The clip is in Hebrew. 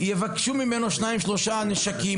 יבקשו ממנו ליווי של שניים או שלושה נשקים,